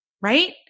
right